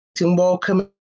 welcome